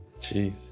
Jeez